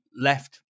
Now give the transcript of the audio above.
left